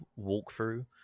walkthrough